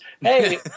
hey